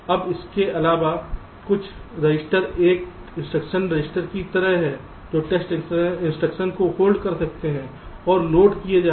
अब इसके अलावा कुछ रजिस्टर एक इंस्ट्रक्शन रजिस्टर की तरह हैं जो टेस्ट इंस्ट्रक्शन को होल्ड कर सकते हैं और लोड किए जा रहे